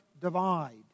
divide